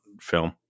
film